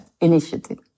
initiative